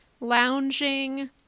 lounging